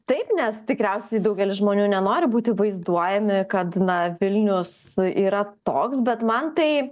taip nes tikriausiai daugelis žmonių nenori būti vaizduojami kad na vilnius yra toks bet man tai